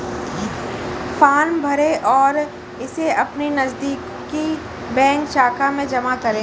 form भरें और इसे अपनी नजदीकी बैंक शाखा में जमा करें